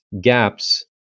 gaps